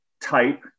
type